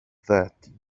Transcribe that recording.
that